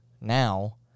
now